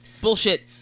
Bullshit